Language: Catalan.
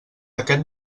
aquest